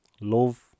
Love